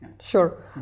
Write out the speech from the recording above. Sure